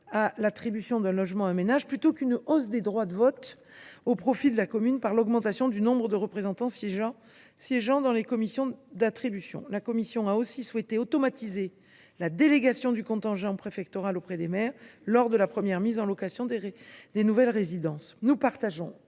à l’attribution d’un logement à un ménage plutôt qu’une hausse des droits de vote au profit de la commune par l’augmentation du nombre de représentants siégeant dans les commissions d’attribution. La commission a aussi souhaité automatiser la délégation du contingent préfectoral aux maires lors de la première mise en location des nouvelles résidences. Nous partageons